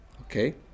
Okay